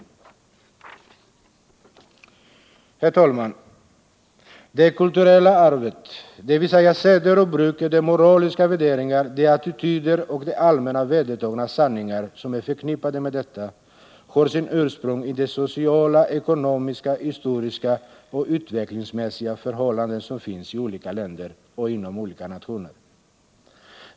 Herr talman! Det kulturella arvet, dvs. seder och bruk, de moraliska värderingar, de attityder och de allmänt vedertagna sanningar som är förknippade med detta har sitt ursprung i de sociala, ekonomiska, historiska och utvecklingsmässiga förhållanden som råder i olika länder och inom olika nationer.